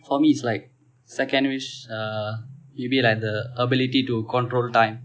for me it's like second wish uh it will be like the ability to control time